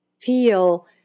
feel